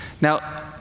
Now